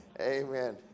Amen